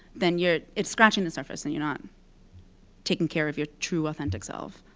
then you're it's scratching the surface, and you're not taking care of your true, authentic self.